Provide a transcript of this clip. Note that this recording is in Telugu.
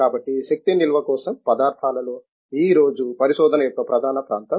కాబట్టి శక్తి నిల్వ కోసం పదార్థాలలో ఈ రోజు పరిశోధన యొక్క ప్రధాన ప్రాంతం